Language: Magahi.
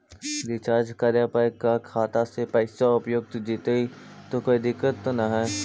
रीचार्ज करे पर का खाता से पैसा उपयुक्त जितै तो कोई दिक्कत तो ना है?